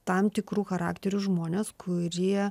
tam tikrų charakterių žmonės kurie